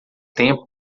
tempo